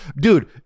dude